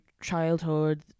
childhood